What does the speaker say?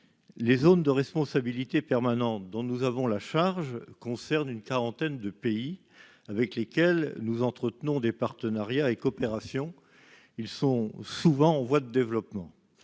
les zones de responsabilité permanente dont nous avons la charge concerne une quarantaine de pays avec lesquels nous entretenons des partenariats et coopération, ils sont souvent en voie de développement,